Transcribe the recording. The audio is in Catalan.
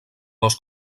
dos